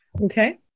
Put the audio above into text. Okay